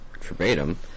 verbatim